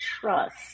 trust